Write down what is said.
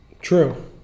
True